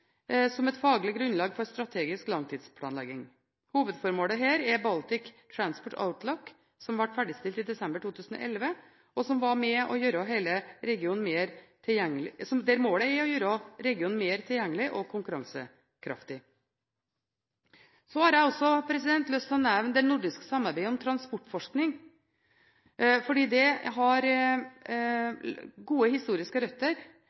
som et faglig grunnlag for strategisk langtidsplanlegging. Hovedformålet med Baltic Transport Outlook, som ble ferdigstilt i desember 2011, var å gjøre hele regionen mer tilgjengelig og konkurransekraftig. Så har jeg også lyst til å nevne det nordiske samarbeidet om transportforskning, fordi det har gode historiske røtter.